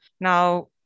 Now